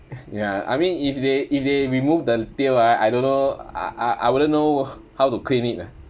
ya I mean if they if they removed the tail ah I don't know I I I wouldn't know how to clean it ah